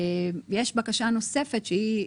ויש בקשה נושפת שהיא